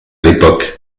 l’époque